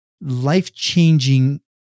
life-changing